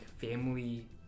family